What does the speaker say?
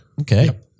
okay